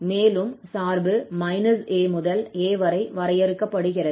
மேலும் சார்பு 𝑎 முதல் 𝑎 வரை வரையறுக்கப்படுகிறது